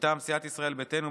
מטעם סיעת ישראל ביתנו,